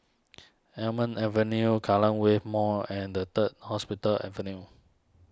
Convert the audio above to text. Almond Avenue Kallang Wave Mall and the Third Hospital Avenue